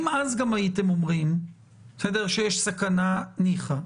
אם אז גם הייתם אומרים שיש סכנה ניחא.